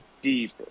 deep